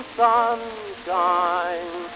sunshine